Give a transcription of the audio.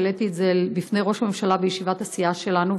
העליתי את זה בפני ראש הממשלה בישיבת הסיעה שלנו,